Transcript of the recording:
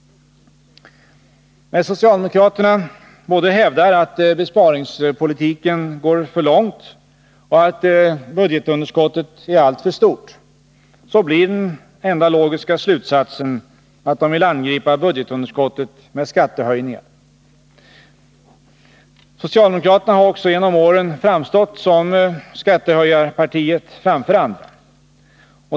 När socialdemokraterna hävdar både att besparingspolitiken går för långt och att budgetunderskottet är alltför stort, så blir den enda logiska slutsatsen att de vill angripa budgetunderskottet med skattehöjningar. Socialdemokraterna har också genom åren framstått som skattehöjarpartiet framför andra.